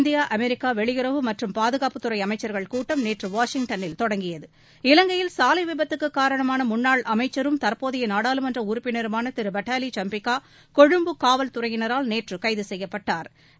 India America வெளியுறவு மற்றும் பாதுகாப்பு துறை அமைச்சா்கள் கூட்டம் நேற்று வாஷிங்டனில் தொடங்கியது இலங்கையில் சாலை விபத்துக்கு காரணமாள முன்னாள் அமைச்சரும் தற்போதைய நாடாளுமன்ற உறுப்பினருமான திரு பட்டாலி சும்பிக்கா கொழும்பு காவல்துறையினரால் நேற்று கைது செய்யப்பட்டாா்